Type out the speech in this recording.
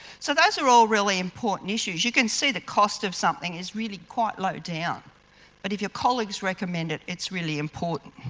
so, those are all really important issues, you can see the cost of something is really quite low down but if your colleagues recommend it it's really important.